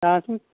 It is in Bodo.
दाथ'